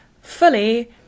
fully